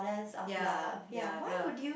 ya ya love